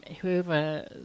whoever